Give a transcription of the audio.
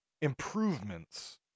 improvements